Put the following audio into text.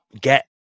get